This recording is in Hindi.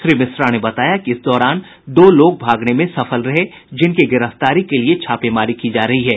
श्री मिश्रा ने बताया कि इस दौरान दो लोग भागने में सफल रहे जिनकी गिरफ्तारी के लिए छापेमारी की जा रही है